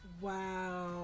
wow